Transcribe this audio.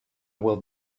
will